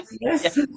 yes